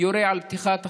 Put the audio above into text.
לפני השבוע הבא,